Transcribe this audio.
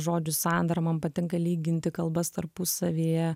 žodžių sandara man patinka lyginti kalbas tarpusavyje